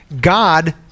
God